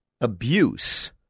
abuse